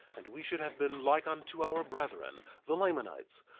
and we should have been like unto our brethren, the lamanites,